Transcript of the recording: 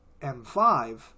M5